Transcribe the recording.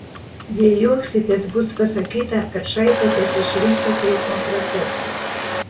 jei juoksitės bus pasakyta kad šaipotės iš rimto teismo proceso